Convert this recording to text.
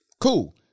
cool